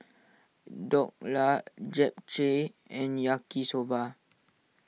Dhokla Japchae and Yaki Soba